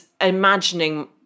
imagining